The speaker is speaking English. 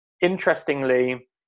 interestingly